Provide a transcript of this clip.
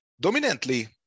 Dominantly